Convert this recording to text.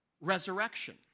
resurrection